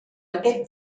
aquest